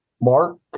Mark